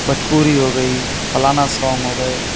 भजपुरी हो गई फलाना सॉन्ग हो गए